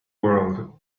world